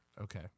Okay